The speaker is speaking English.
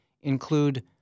include